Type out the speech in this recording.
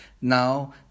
Now